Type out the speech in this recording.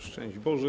Szczęść Boże!